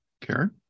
Karen